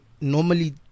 normally